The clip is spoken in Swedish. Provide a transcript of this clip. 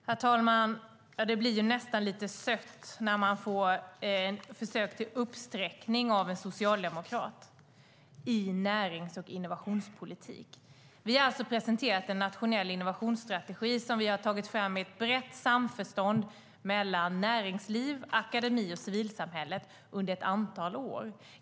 Herr talman! Det blir nästan lite sött att få ett försök till uppsträckning av en socialdemokrat i närings och innovationspolitik. Vi har presenterat en nationell innovationsstrategi som vi har tagit fram i brett samförstånd mellan näringsliv, akademi och civilsamhälle under ett antal år.